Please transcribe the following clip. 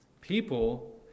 People